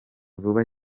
vuba